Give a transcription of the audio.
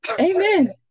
amen